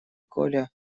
коля